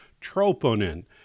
troponin